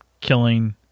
killing